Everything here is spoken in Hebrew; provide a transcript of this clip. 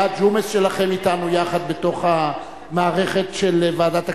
היה ג'ומס שלכם אתנו יחד בתוך המערכת של ועדת הכספים.